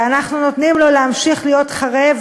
ואנחנו נותנים לו להמשיך להיות חרב,